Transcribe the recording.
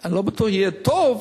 אני לא בטוח שהמצב יהיה טוב,